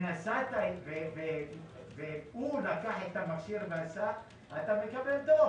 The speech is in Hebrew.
ונסעת, והוא לקח את המכשיר, אתה מקבל דוח.